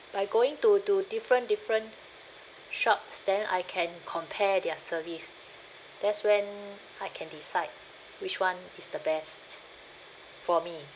by going to to different different shops then I can compare their service that's when I can decide which one is the best for me